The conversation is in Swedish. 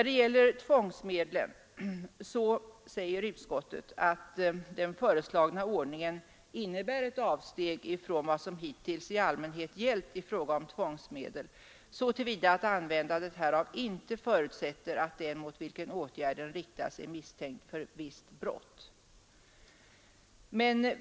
Beträffande tvångsmedlen skriver utskottet på s. 19 att ”den föreslagna ordningen innebär ett avsteg från vad som hittills i allmänhet gällt i fråga om tvångsmedel så till vida att användandet härav inte förutsätter att den mot vilken åtgärden riktas är misstänkt för visst brott”.